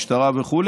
משטרה וכו',